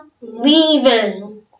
leaving